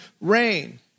rain